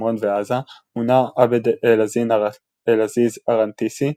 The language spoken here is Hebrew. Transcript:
שומרון ועזה מונה עבד אל-עזיז א-רנתיסי,